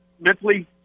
mentally